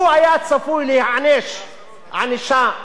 הוא היה צפוי להיענש ענישה,